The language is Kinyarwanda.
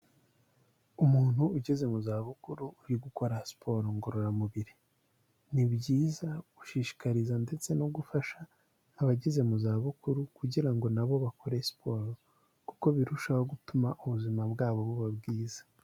Umuntu ugeze mu zabukuru uri gukora siporo ngororamubiri, ni byiza gushishikariza ndetse no gufasha abageze mu za bukuru kugira ngo na bo bakore siporo, kuko birushaho gutuma ubuzima bwabo buba bwiza.